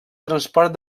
transport